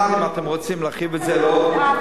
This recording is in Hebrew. בפרט אם אתם רוצים להרחיב את זה לעוד,